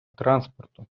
транспорту